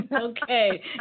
Okay